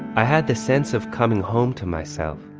i had the sense of coming home to myself,